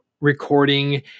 recording